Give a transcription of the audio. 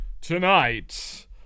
tonight